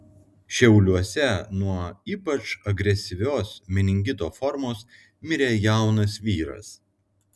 šiauliuose nuo ypač agresyvios meningito formos mirė jaunas vyras